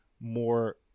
more